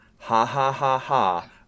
ha-ha-ha-ha